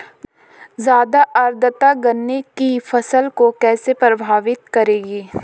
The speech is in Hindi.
ज़्यादा आर्द्रता गन्ने की फसल को कैसे प्रभावित करेगी?